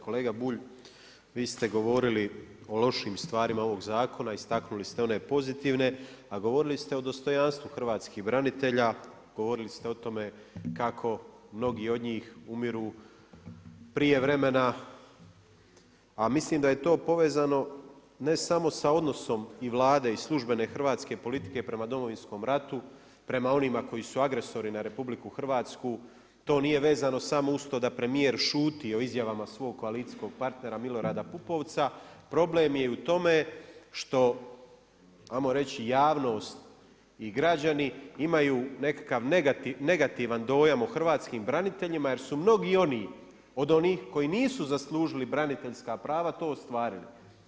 Kolega Bulj, vi ste govorili o lošim stvarima ovog zakona, istaknuli ste one pozitivne, a govorili ste o dostojanstvu hrvatskih branitelja, govorili ste o tome kako mnogi od njih umiru prije vremena a mislim da je to povezano ne samo sa odnosom i Vlade i službene hrvatske politike prema Domovinskom ratu, prema onima koji su agresori na RH, to nije vezano samo uz to da premijer šuti o izjavama svog koalicijskog partnera Milorada Pupovca, problem je u tome što ajmo reći javnost i građani imaju nekakav negativan dojam o hrvatskim braniteljima jer su mnogi oni od onih koji nisu zaslužili braniteljska prava, to ostvarili.